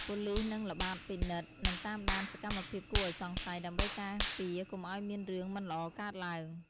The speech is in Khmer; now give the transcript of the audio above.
ប៉ូលីសនឹងល្បាតពិនិត្យ និងតាមដានសកម្មភាពគួរឱ្យសង្ស័យ ដើម្បីការពារកុំឱ្យមានរឿងមិនល្អកើតឡើង។